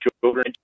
children